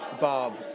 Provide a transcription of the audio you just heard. Bob